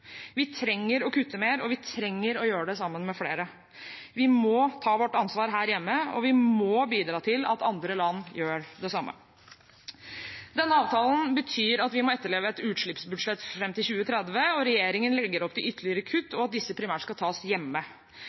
Vi trenger å kutte mer, og vi trenger å gjøre det sammen med flere. Vi må ta vårt ansvar her hjemme, og vi må bidra til at andre land gjør det samme. Denne avtalen betyr at vi må etterleve et utslippsbudsjett fram til 2030, og regjeringen legger opp til ytterligere kutt og at disse primært skal tas hjemme.